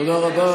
תודה רבה.